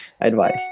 advice